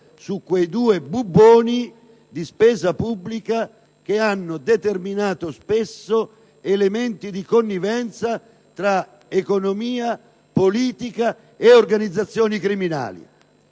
su quei due bubboni di spesa pubblica che hanno spesso determinato elementi di connivenza tra economia, politica e organizzazioni criminali.